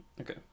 okay